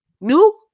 New